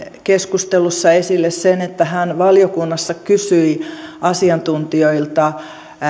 keskustelussa esille sen että hän valiokunnassa kysyi asiantuntijoilta